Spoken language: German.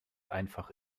einfach